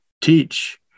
teach